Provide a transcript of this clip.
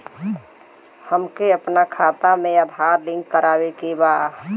हमके अपना खाता में आधार लिंक करावे के बा?